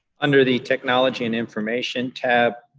under the technology and information tab,